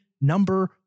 number